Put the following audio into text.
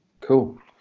cool